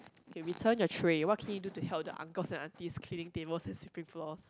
K return your tray what can you do to help the uncle's and aunties cleaning tables and sweeping floors